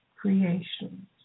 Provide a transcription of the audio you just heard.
creations